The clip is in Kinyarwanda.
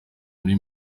muri